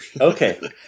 Okay